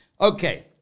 Okay